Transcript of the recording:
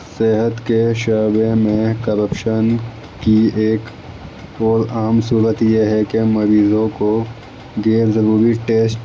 صحت کے شعبے میں کرپشن کی ایک اور عام صورت یہ ہے کہ مریضوں کو غیر ضروری ٹسٹ